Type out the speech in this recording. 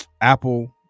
Apple